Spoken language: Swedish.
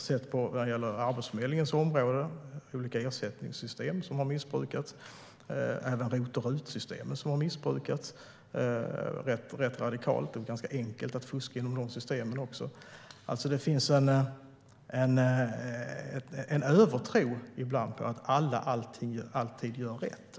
Vi har sett det på Arbetsförmedlingens område, där olika ersättningssystem har missbrukats. Även ROT och RUT-systemen har missbrukats rätt radikalt. Det är ganska enkelt att fuska inom dessa system. Det finns ibland en övertro på att alla alltid gör rätt.